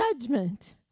judgment